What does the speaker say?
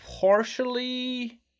partially